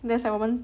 that's like 我们